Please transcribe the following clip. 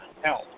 help